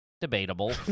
Debatable